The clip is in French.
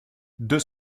deux